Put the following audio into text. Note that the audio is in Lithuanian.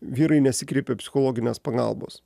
vyrai nesikreipia psichologinės pagalbos